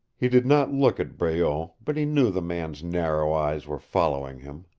he did not look at breault, but he knew the man's narrow eyes were following him.